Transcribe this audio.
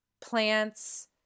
plants